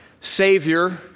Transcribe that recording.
Savior